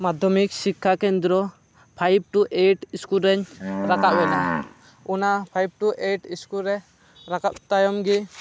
ᱢᱟᱫᱷᱚᱢᱤᱠ ᱥᱤᱠᱠᱷᱟ ᱠᱮᱱᱫᱨᱚ five to eight school ᱨᱮᱧ ᱨᱟᱠᱟᱵᱽ ᱮᱱᱟ ᱚᱱᱟ ᱯᱷᱟᱭᱤᱵᱽ ᱴᱩ ᱮᱭᱤᱴ ᱤᱥᱠᱩᱞ ᱨᱮ ᱨᱟᱠᱟᱵᱽ ᱛᱟᱭᱚᱢ ᱜᱮ